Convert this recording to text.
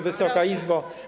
Wysoka Izbo!